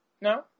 No